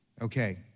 Okay